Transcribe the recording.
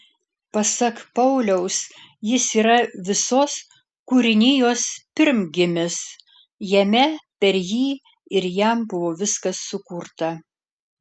pasak pauliaus jis yra visos kūrinijos pirmgimis jame per jį ir jam buvo viskas sukurta